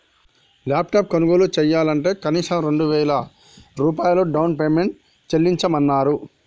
laptop కొనుగోలు చెయ్యాలంటే కనీసం రెండు వేల రూపాయలు డౌన్ పేమెంట్ చెల్లించమన్నరు